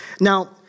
Now